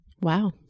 Wow